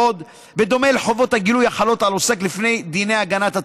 בדומה לחובות הגילוי החלות על עוסק לפי דיני הגנת הצרכן.